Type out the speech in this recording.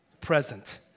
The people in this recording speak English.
present